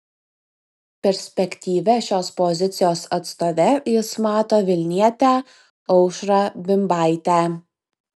perspektyvia šios pozicijos atstove jis mato vilnietę aušrą bimbaitę